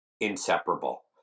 Inseparable